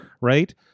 right